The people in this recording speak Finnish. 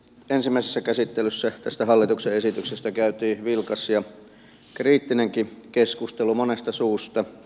ensimmäisessä käsittelyssä tästä hallituksen esityksestä käytiin vilkas ja kriittinenkin keskustelu monesta suusta